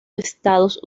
estados